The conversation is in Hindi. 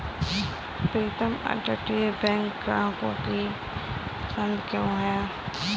प्रीतम अपतटीय बैंक ग्राहकों की पसंद क्यों है?